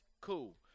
Cool